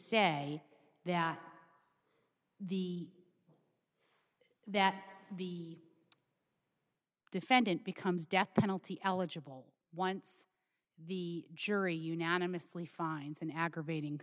say that the that the defendant becomes death penalty eligible once the jury unanimously finds an aggravating